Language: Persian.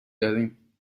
داریم